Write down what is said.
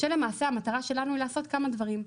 שלמעשה המטרה שלנו היא לעשות כמה דברים,